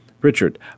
Richard